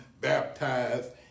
baptized